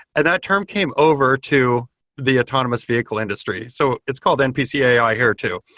and that term came over to the autonomous vehicle industry. so it's called npc ai here too.